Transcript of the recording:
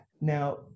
Now